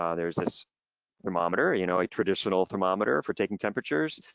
ah there's this thermometer, you know a traditional thermometer for taking temperatures.